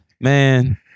man